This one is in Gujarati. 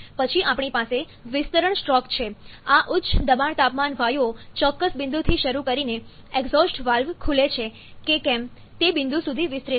પછી આપણી પાસે વિસ્તરણ સ્ટ્રોક છે આ ઉચ્ચ દબાણ તાપમાન વાયુઓ ચોક્કસ બિંદુથી શરૂ કરીને એક્ઝોસ્ટ વાલ્વ ખુલે છે કે કેમ તે બિંદુ સુધી વિસ્તરે છે